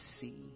see